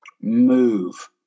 Move